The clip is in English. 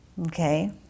okay